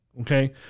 Okay